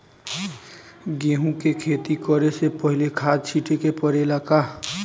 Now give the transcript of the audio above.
गेहू के खेती करे से पहिले खाद छिटे के परेला का?